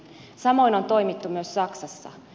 samoin on toimittu myös saksassa